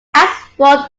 asphalt